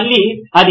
మళ్ళీ అది